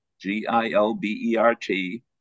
G-I-L-B-E-R-T